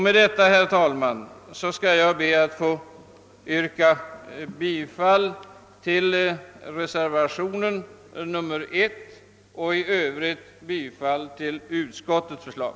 Med detta, herr talman, ber jag att få yrka bifall till reservationen 1 och i övrigt till utskottets förslag.